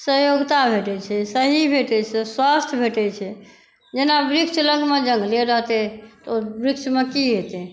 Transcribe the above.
से योग्यता भेटै छै सही भेटै छै स्वास्थ्य भेटै छै जेना वृक्ष लगमे जंगले रहतै तऽ ओ वृक्षमे की हेतै